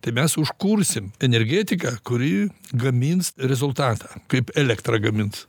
tai mes užkursim energetiką kuri gamins rezultatą kaip elektrą gamins